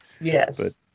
Yes